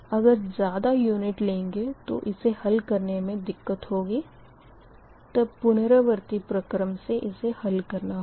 अगर ज़्यादा यूनिट लेंगे तो इसे हल करने मे दिक़्क़त होगी तब पुनरावर्ती प्रक्रम से इसे हल करना होगा